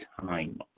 time